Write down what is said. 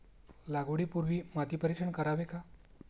लागवडी पूर्वी माती परीक्षण करावे का?